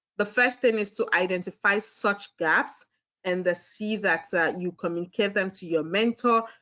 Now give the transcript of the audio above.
the first thing is to identify such gaps and the see that that you communicate them to your mentor.